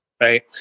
Right